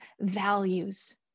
values